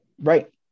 right